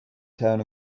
town